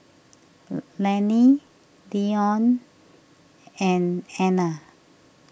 Lanie Deion and Ana